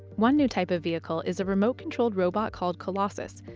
one new type of vehicle is a remote controlled robot called colossus,